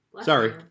Sorry